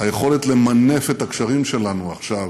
היכולת למנף את הקשרים שלנו עכשיו